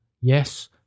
yes